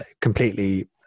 completely